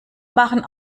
machen